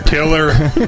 Killer